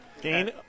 Gain